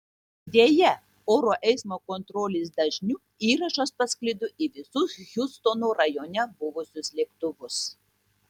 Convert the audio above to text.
deja oro eismo kontrolės dažniu įrašas pasklido į visus hjustono rajone buvusius lėktuvus